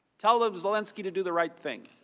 tell um zelensky to do the right thing,